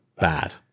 Bad